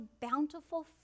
bountiful